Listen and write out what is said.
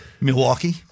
Milwaukee